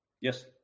Yes